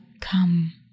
come